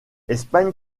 espagne